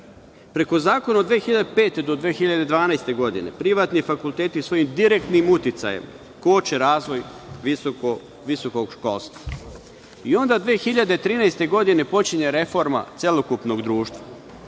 Zakona od 2005. do 2012. godine privatni fakultetu svojim direktnim uticajem koče razvoj visokog školstva i onda 2013. godine počinje reforma celokupnog društva.